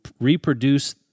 reproduce